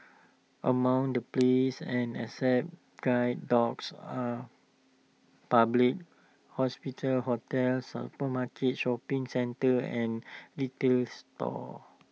among the places and accept guide dogs are public hospitals hotels supermarkets shopping centres and retail stores